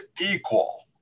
equal